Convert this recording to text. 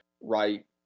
right